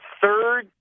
third